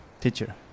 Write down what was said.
teacher